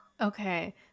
okay